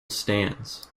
stands